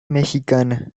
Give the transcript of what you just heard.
mexicana